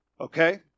Okay